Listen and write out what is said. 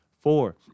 four